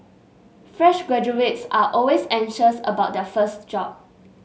fresh graduates are always anxious about their first job